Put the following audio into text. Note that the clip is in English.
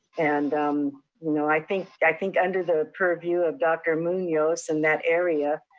and um you know i think i think under the purview of dr. munoz, in that area,